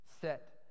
Set